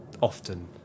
often